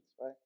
Right